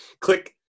Click